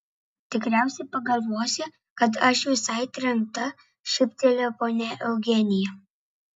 tikriausiai pagalvosi kad aš visai trenkta šyptelėjo ponia eugenija